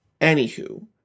anywho